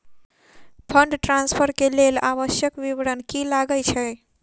Fund transfer केँ लेल आवश्यक विवरण की की लागै छै?